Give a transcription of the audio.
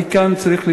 אני כאן צריך לתקן,